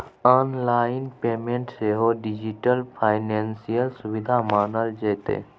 online payment सेहो digital financial सुविधा मानल जेतै